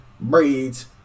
braids